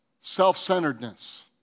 self-centeredness